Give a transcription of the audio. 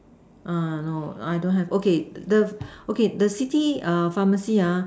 ah no I don't have okay the okay the city err pharmacy ah